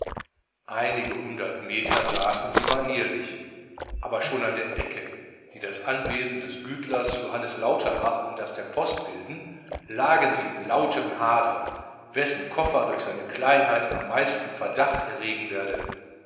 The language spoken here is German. einige hundert meter saßen sie manierlich aber schon an der ecke die das anwesen des gütlers johannes lauterbach und das der post bilden lagen sie in lautem hader wessen koffer durch seine kleinheit am meisten verdacht erregen werde